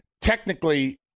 technically